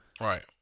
Right